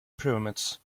pyramids